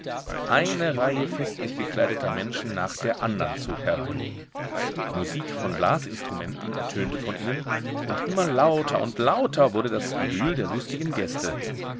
eine reihe festlich gekleideter menschen nach der andern zog herein musik von blasinstrumenten ertönte von innen und immer lauter und lauter wurde das gewühl der lustigen gäste